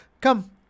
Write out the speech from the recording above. come